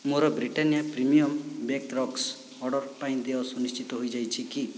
ମୋର Britannia premium bake rusk order ପାଇଁ ଦେୟ ସୁନିଶ୍ଚିତ ହୋଇଯାଇଛି କି